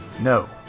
No